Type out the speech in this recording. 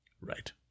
Right